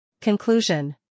Conclusion